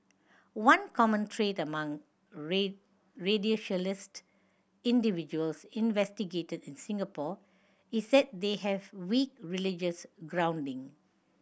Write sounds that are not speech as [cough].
one common trait among [unintelligible] radicalised individuals investigated in Singapore is that they have weak religious grounding